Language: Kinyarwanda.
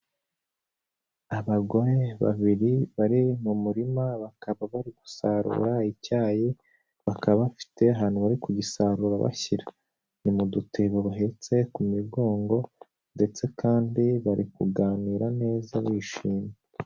Abagore babiri bari mu murima bakaba bari gusarura icyayi, bakaba bafite ahantu bari kugisarura bashyira, ni mu dutebo bahetse ku migongo ndetse kandi bari kuganira neza bishimye.